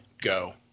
go